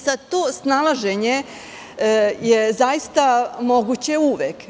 Sada to snalaženje je zaista moguće uvek.